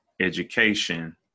education